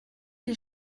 des